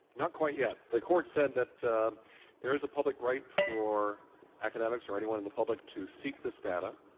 not quite yet. the court said that there is a public right for academics or anyone in the public to seek this data.